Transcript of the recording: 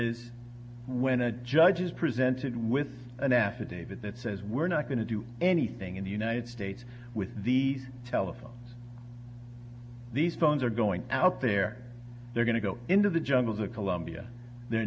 is when a judge is presented with an affidavit that says we're not going to do anything in the united states with the telephones these phones are going out there they're going to go into the jungles of colombia they're